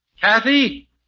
Kathy